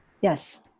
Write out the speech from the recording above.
Yes